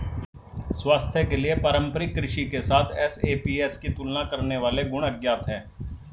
स्वास्थ्य के लिए पारंपरिक कृषि के साथ एसएपीएस की तुलना करने वाले गुण अज्ञात है